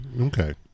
Okay